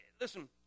listen